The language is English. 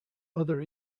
other